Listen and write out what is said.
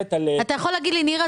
אתה יכול להגיד לי: נירה,